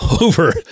over